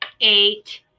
eight